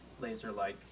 laser-like